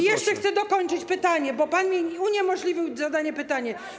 I jeszcze chcę dokończyć pytanie, bo pan mi uniemożliwił zadanie pytania.